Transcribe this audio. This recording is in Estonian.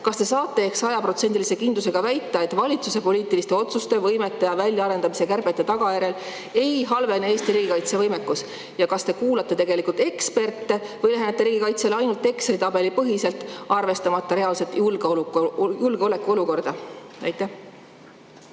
saate sajaprotsendilise kindlusega väita, et valitsuse poliitiliste otsuste ja võimete väljaarendamise kärbete tagajärjel ei halvene Eesti riigikaitsevõimekus? Kas te kuulate ka tegelikult eksperte või lähenete riigikaitsele ainult Exceli tabeli põhiselt, arvestamata reaalset julgeolekuolukorda? Aitäh